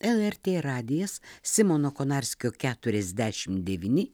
lrt radijas simono konarskio keturiasdešim devyni